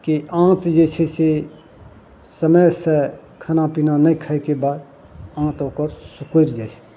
के आँत जे छै से समयसँ खाना पीना नहि खाइके बाद आँत ओकर सिकुड़ि जाइ छै